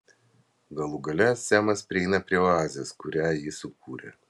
galų gale semas prieina prie oazės kurią ji sukūrė